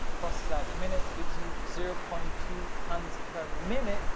crosses out the minutes, gives you zero point two. tonnes per minute,